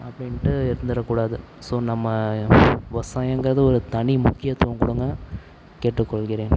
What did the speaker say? அப்படின்ட்டு இருந்துவிடக்கூடாது ஸோ நம்ம விவசாயங்கிறது ஒரு தனி முக்கியத்துவம் கொடுங்க கேட்டுக்கொள்கிறேன்